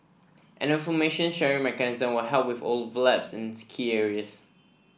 an information sharing mechanism will help with overlaps in key areas